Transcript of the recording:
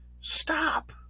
Stop